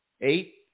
Eight